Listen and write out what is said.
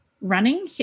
running